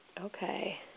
Okay